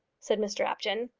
said mr apjohn.